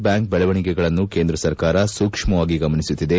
blank ಬೆಳವಣಿಗೆಗಳನ್ನು ಕೇಂದ್ರ ಸರ್ಕಾರ ಸೂಕ್ಷ್ಮವಾಗಿ ಗಮನಿಸುತ್ತಿದೆ